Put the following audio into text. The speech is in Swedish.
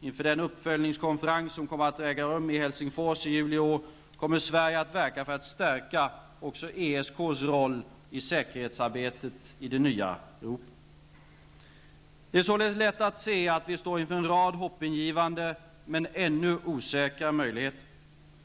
Inför den uppföljningskonferens som kommer att äga rum i Helsingfors i juli i år kommer Sverige att verka för att stärka också ESK:s roll i säkerhetsarbetet i det nya Europa. Det är således lätt att se att vi står inför en rad hoppingivande men ännu osäkra möjligheter.